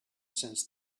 since